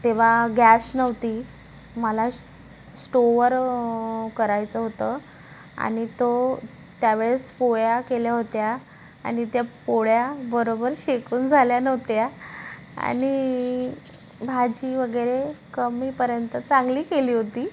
तेव्हा गॅस नव्हती मला स् स्टोवर करायचं होतं आणि तो त्या वेळेस पोळ्या केल्या होत्या आणि त्या पोळ्या बरोबर शेकून झाल्या नव्हत्या आणि भाजी वगैरे कमीपर्यंत चांगली केली होती